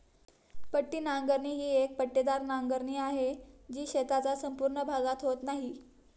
पट्टी नांगरणी ही एक पट्टेदार नांगरणी आहे, जी शेताचा संपूर्ण भागात होत नाही